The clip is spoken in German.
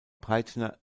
breitner